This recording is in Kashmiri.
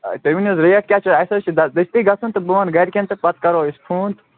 تُہۍ ؤنِو حظ ریٹ کیٛاہ چھِ اَسہِ حظ چھِ دَ دٔستی گژھُن تہٕ بہٕ وَنہٕ گَرِکٮ۪ن تہٕ پَتہٕ کَرو أسۍ فون تہٕ